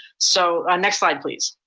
so ah next slide please.